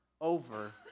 over